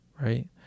right